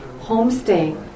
homestay